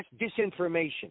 disinformation